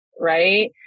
Right